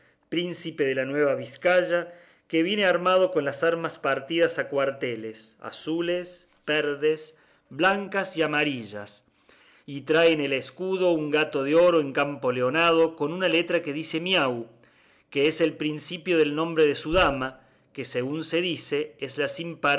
príncipe de la nueva vizcaya que viene armado con las armas partidas a cuarteles azules verdes blancas y amarillas y trae en el escudo un gato de oro en campo leonado con una letra que dice miau que es el principio del nombre de su dama que según se dice